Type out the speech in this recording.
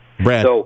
brad